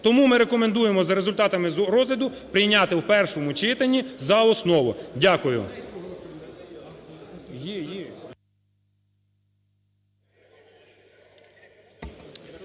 Тому ми рекомендуємо за результатами розгляду прийняти в першому читанні за основу. Дякую.